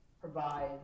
provide